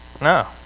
No